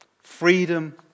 Freedom